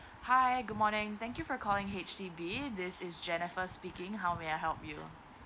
hi good morning thank you for calling H_D_B this is jennifer speaking how may I help you